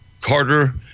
Carter